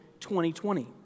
2020